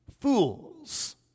Fools